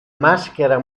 maschera